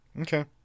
Okay